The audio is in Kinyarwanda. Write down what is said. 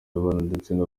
ababyeyi